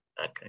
Okay